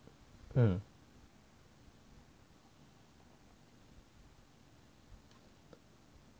嗯